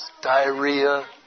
diarrhea